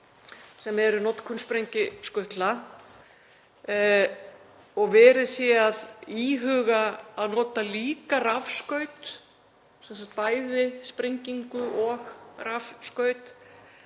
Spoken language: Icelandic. sem eru notkun sprengiskutlna, og að verið sé að íhuga að nota líka rafskaut, sem sagt bæði sprengingu og rafskaut,